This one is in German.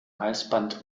halsband